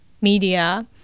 media